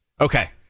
okay